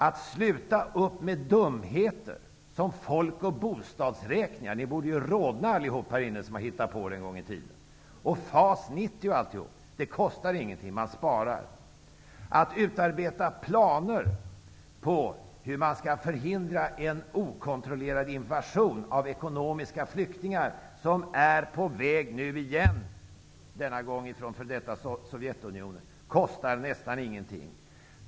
Att sluta upp med dumheter, som folk och bostadsräkningar -- ni borde rodna, alla ni som hittade på det en gång i tiden -- och FAS 90, kostar ingenting. Man sparar. Att utarbeta planer för hur man skall förhindra en okontrollerad invasion av ekonomiska flyktingar -- som är på väg nu igen, denna gång från f.d. Sovjetunionen -- kostar nästan ingenting.